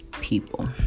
people